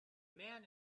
man